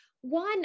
one